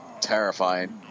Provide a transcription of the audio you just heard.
terrifying